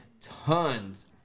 tons